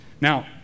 Now